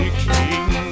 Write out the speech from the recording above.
king